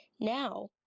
now